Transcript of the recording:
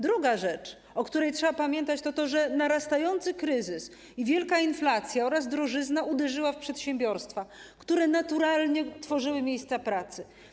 Druga rzecz, o której trzeba pamiętać, to to, że narastający kryzys i wielka inflacja oraz drożyzna uderzyły w przedsiębiorstwa, które naturalnie tworzyły miejsca pracy.